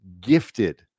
gifted